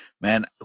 Man